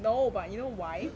no but you know why